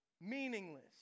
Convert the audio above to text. meaningless